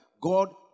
God